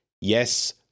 yes